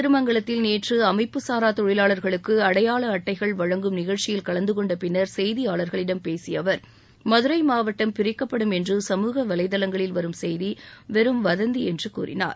திருமங்கலத்தில் நேற்று அமைப்புசாரா தொழிலாளா்களுக்கு அடையாள அட்டைகள் வழங்கும் நிகழ்ச்சியில் கலந்துகொண்ட பின்னர் செய்தியாளர்களிடம் பேசிய அவர் மதுரை மாவட்டம் பிரிக்கப்படும் என்று சமூக வலைதளங்களில் வரும் செய்தி வெறும் வதந்தி என்று கூறினார்